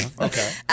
Okay